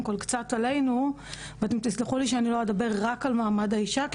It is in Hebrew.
כל קצת עלינו ואתן תסלחו לי שאני לא אדבר רק על מעמד האישה,